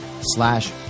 slash